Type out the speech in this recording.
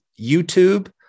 YouTube